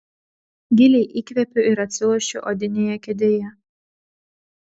giliai įkvepiu ir atsilošiu odinėje kėdėje